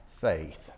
faith